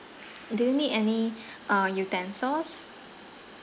do you need any uh utensils